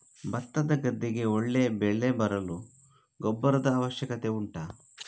ಭತ್ತದ ಗದ್ದೆಗೆ ಒಳ್ಳೆ ಬೆಳೆ ಬರಲು ಗೊಬ್ಬರದ ಅವಶ್ಯಕತೆ ಉಂಟಾ